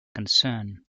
concern